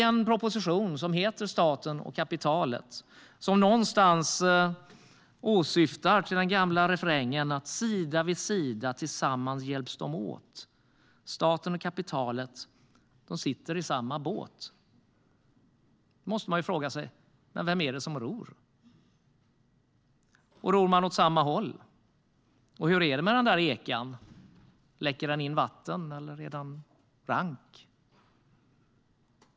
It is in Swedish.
En proposition som heter Staten och kapitalet åsyftar någonstans den gamla refrängen: Sida vid sida, tillsammans hjälps de åt. Staten och kapitalet, de sitter i samma båt. Då måste man fråga sig: Men vem är det som ror? Ror man åt samma håll? Och hur är det med ekan - läcker det in vatten, eller är den rank?